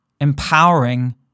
empowering